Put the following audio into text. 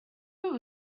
who